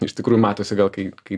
iš tikrųjų matosi gal kai kai